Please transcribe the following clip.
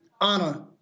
honor